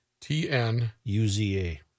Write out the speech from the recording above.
T-N-U-Z-A